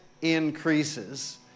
increases